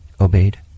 obeyed